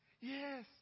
Yes